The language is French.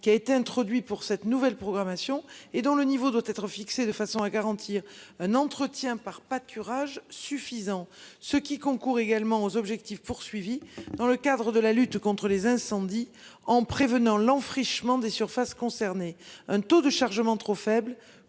qui a été introduit pour cette nouvelle programmation et dont le niveau doit être fixé de façon à garantir un entretien par pâturages suffisant ce qui concourt également aux objectifs poursuivis dans le cadre de la lutte contre les incendies en prévenant an fraîchement des surfaces concernées, un taux de chargement trop faible